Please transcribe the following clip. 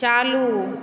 चालू